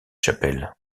chapelle